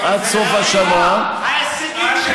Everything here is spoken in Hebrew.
אבל צמיחה ללא תקדים זה לא נכון.